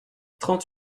trente